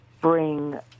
bring